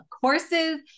courses